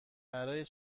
برای